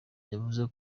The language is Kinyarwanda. yavuze